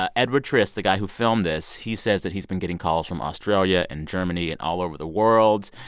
ah edward trist, the guy who filmed this he says that he's been getting calls from australia and germany and all over the world.